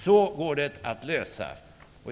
Så går det att lösa.